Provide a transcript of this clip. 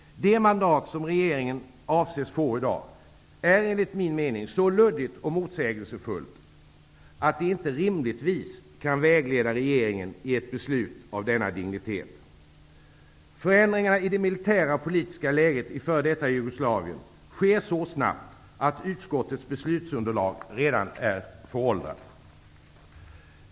Det mandat som regeringen avses få i dag är enligt min mening så luddigt och motsägelsefullt att det inte rimligtvis kan vägleda regeringen i ett beslut av denna dignitet. Förändringarna i det militära och politiska läget i f.d. Jugoslavien sker så snabbt att utskottets beslutsunderlag redan är föråldrat.